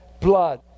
blood